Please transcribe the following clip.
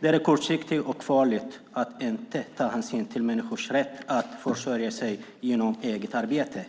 Det är kortsiktigt och farligt att inte ta hänsyn till människors rätt att försörja sig genom eget arbete.